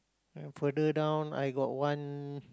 further down I got one